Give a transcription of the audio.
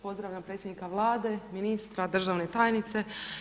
Pozdravljam predsjednika Vlade, ministra, državne tajnice.